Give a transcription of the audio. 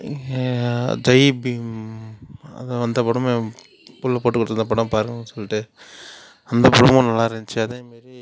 ஜெய்பீம் அந்த படமும் என் பிள்ள போட்டு கொடுத்துதான் படம் பாருங்கள்ன்னு சொல்லிட்டு அந்த படமும் நல்லாருந்துச்சு அதேமாரி